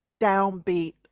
downbeat